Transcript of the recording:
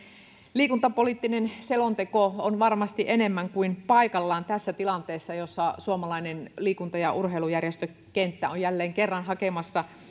liikuntapoliittinen selonteko on varmasti enemmän kuin paikallaan tässä tilanteessa jossa suomalainen liikunta ja urheilujärjestökenttä on jälleen kerran hakemassa